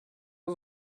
les